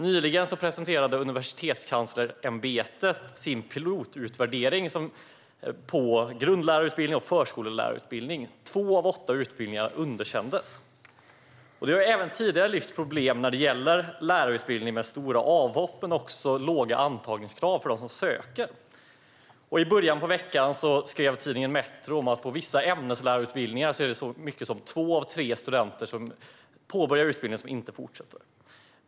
Nyligen presenterade Universitetskanslersämbetet sin pilotutvärdering av grundlärarutbildningen och förskollärarutbildningen. Två av åtta utbildningar underkändes. När det gäller lärarutbildningen har det även tidigare lyfts fram problem med stora avhopp men också låga antagningskrav för dem som söker. I början av veckan skrev tidningen Metro att på vissa ämneslärarutbildningar är det så många som två av tre studenter som påbörjar utbildningen som inte fortsätter.